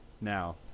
now